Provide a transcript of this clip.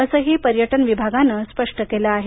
असंही पर्यटन विभागानं स्पष्ट केलं आहे